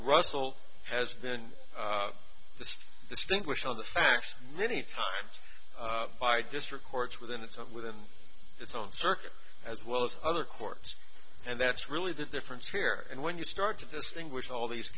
russell has been this distinguished on the facts many times by district courts within its own within its own circuit as well as other courts and that's really the difference here and when you start to distinguish all these